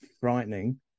frightening